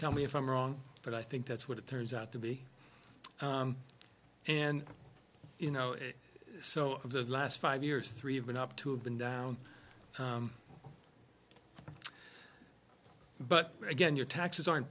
tell me if i'm wrong but i think that's what it turns out to be and you know it so the last five years three have been up to have been down but again your taxes aren't